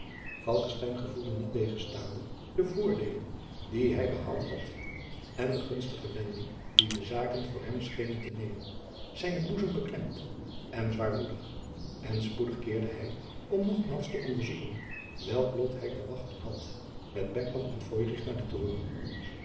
gevoelde niettegenstaande de voordeelen die hij behaald had en de gunstiger wending die de zaken voor hem schenen te nemen zijnen boezem beklemd en zwaarmoedig en spoedig keerde hij om nogmaals te onderzoeken welk lot hij te wachten had met beckman en feurich naar den toren